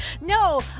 no